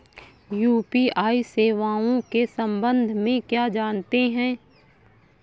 UPI सेवाओं के संबंध में क्या जानते हैं?